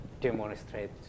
demonstrate